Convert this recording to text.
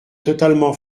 totalement